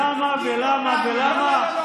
למה ולמה ולמה?